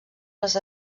les